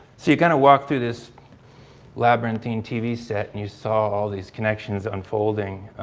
so, you kind of walk through this labyrinthine tv set and you saw all these connections unfolding.